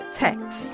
text